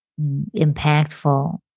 impactful